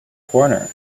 corner